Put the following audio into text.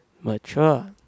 Mature